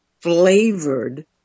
flavored